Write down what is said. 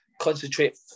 concentrate